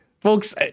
folks